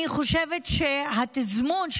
אני חושבת שהתזמון,